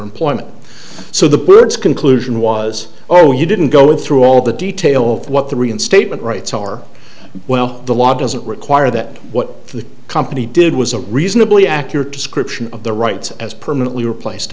employment so the words conclusion was oh you didn't go in through all the detail of what the reinstatement rights are well the law doesn't require that what the company did was a reasonably accurate description of their rights as permanently replaced